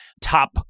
top